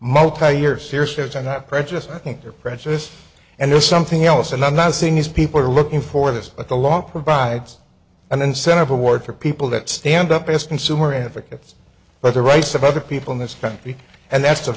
multi year circe years and i'm prejudiced i think they're prejudice and there's something else and i'm not saying these people are looking for this but the long provides an incentive award for people that stand up as consumer advocates for the rights of other people in this country and that's the